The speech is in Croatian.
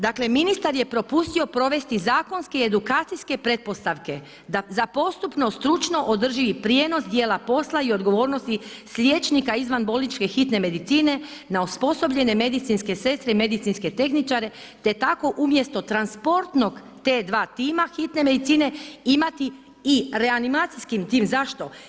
Dakle ministar je propustio provesti zakonski edukacijske pretpostavke za postupno, stručno održivi prijenos djela posla i odgovornosti s liječnika izvanbolničke hitne medicine na osposobljene medicinske sestre i medicinske tehničare te tako umjesto transportnog T2 tima hitne medicine, imati i reanimacijski tim, zašto?